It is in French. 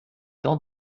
temps